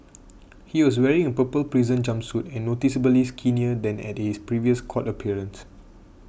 he was wearing a purple prison jumpsuit and noticeably skinnier than at his previous court appearance